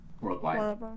worldwide